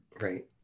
right